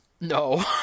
No